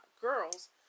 girls